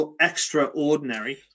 Extraordinary